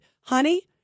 honey